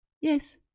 Yes